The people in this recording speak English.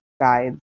Guides